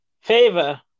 favor